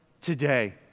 today